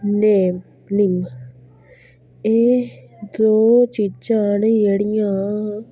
name निम्म एह् दो चीजां नी जेह्ड़ियां